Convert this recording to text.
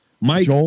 Mike